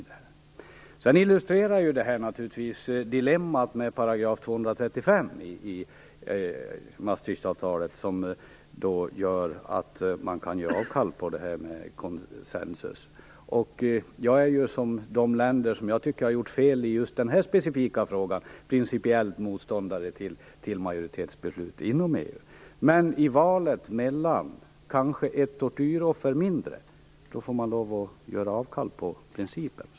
Detta illustrerar naturligtvis dilemmat med 235 § i Maastrichtfördraget som gör att man kan göra avkall på konsensus. Jag är, liksom de länder som jag tycker har gjort fel i just den här specifika frågan, principiellt motståndare till majoritetsbeslut inom EU. Men om valet kanske innebär ett tortyroffer mindre, så får man göra avkall på principen.